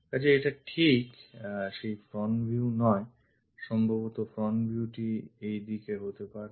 কাজেই এটা ঠিক সেই front view নয় সম্ভবতঃ front viewটি এই দিকে হতে পারে